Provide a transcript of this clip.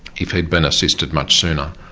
if he'd been assisted much sooner,